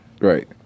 Right